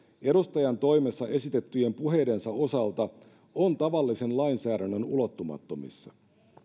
edustajantoimessa esitettyjen puheidensa osalta on tavallisen lainsäädännön ulottumattomissa